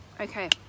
Okay